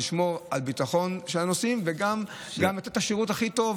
לשמור על הביטחון של הנוסעים וגם לתת את השירות הכי טוב,